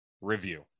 review